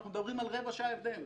אנחנו מדברים על רבע שעה הבדל.